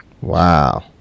Wow